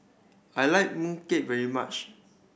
I like mooncake very much